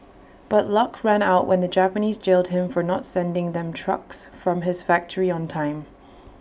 but luck ran out when the Japanese jailed him for not sending them trucks from his factory on time